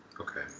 okay